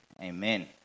Amen